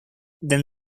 than